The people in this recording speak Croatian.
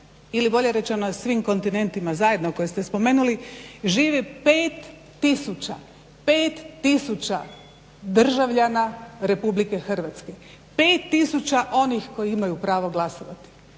ili bolje rečeno na svim kontinentima zajedno živi 5 tisuća državljana RH. Pet tisuća onih koji imaju pravo glasovati.